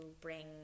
bring